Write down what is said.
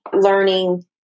learning